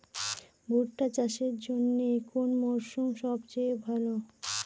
ভুট্টা চাষের জন্যে কোন মরশুম সবচেয়ে ভালো?